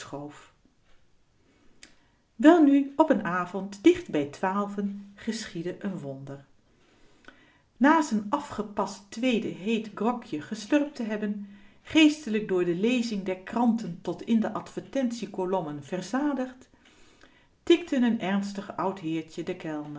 welnu op n avond dicht bij twaalven geschiedde een wonder na z'n afgepast tweede heet grocje geslurpt te hebben geestelijk door de lezing der kranten tot in de advertentiekolommen verzadigd tikte n ernstig oud heertje den